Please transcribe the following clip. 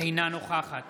אינה נוכחת